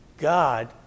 God